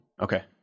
Okay